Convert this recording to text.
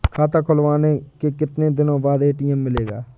खाता खुलवाने के कितनी दिनो बाद ए.टी.एम मिलेगा?